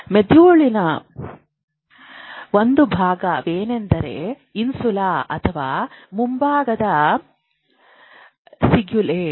ಮೆದುಳಿನ ಒಂದು ಭಾಗವೆಂದರೆ ಇನ್ಸುಲಾ ಅಥವಾ ಮುಂಭಾಗದ ಸಿಂಗ್ಯುಲೇಟ್